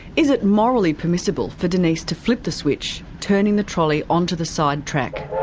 is it morally permissible for denise to flip the switch, turning the trolley onto the side track?